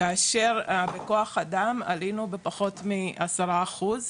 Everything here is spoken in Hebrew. כאשר בכוח אדם עלינו בפחות מעשרה אחוזים,